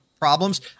problems